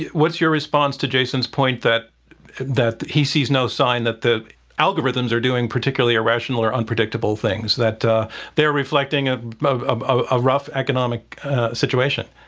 what's your response to jason's point that that he sees no sign that the algorithms are doing particularly irrational or unpredictable things? that they're reflecting ah a rough economic situation.